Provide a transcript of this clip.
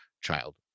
child